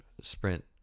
sprint